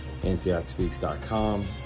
AntiochSpeaks.com